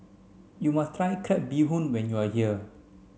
you must try crab bee hoon when you are here